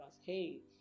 hey